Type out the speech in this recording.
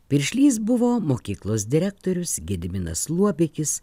piršlys buvo mokyklos direktorius gediminas luobikis